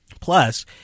Plus